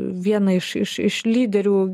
viena iš iš iš lyderių